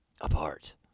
apart